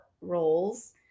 roles